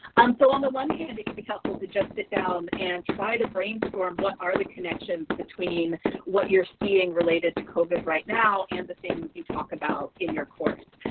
um so on the one hand, it can be helpful to just sit down and try to brainstorm what are the connections between what you're seeing related to covid right now and the things you talk about in your course.